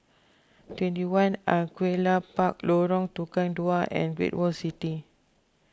twenty one Angullia Park Lorong Tukang Dua and Great World City